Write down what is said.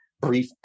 brief